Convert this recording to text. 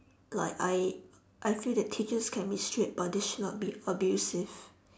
like I I feel that teachers can be strict but they should not be abusive